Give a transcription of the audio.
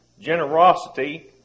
generosity